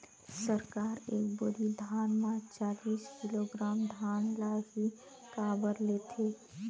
सरकार एक बोरी धान म चालीस किलोग्राम धान ल ही काबर लेथे?